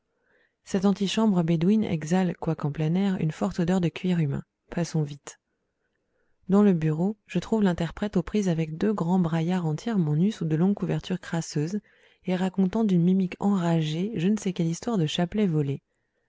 cette antichambre bédouine exhale quoique en plein air une forte odeur de cuir humain passons vite dans le bureau je trouve l'interprète aux prises avec deux grands braillards entièrement nus sous de longues couvertures crasseuses et racontant d'une mimique enragée je ne sais quelle histoire de chapelet volé